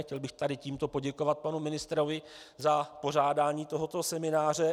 Chtěl bych tady tímto poděkovat panu ministrovi za pořádání tohoto semináře.